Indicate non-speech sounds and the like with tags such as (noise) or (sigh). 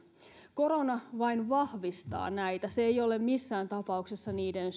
korona vain vahvistaa näitä se ei ole missään tapauksessa niiden (unintelligible)